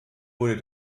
wurde